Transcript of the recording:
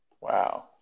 Wow